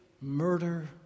murder